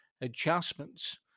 adjustments